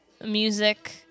music